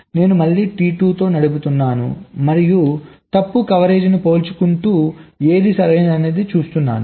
నేను మళ్ళీ T2 తో నడుపుతున్నాను మరియు తప్పు కవరేజీని పోల్చుకుంటు ఏది సరైనది అని చూస్తున్నాను